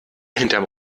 hinterm